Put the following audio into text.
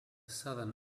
southern